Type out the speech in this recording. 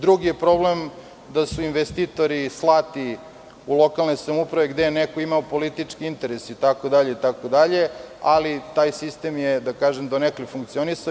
Drugi je problem da su investitori slati u lokalne samouprave gde je neko imao politički interes itd, ali taj sistem je donekle funkcionisao.